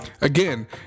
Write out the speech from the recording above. Again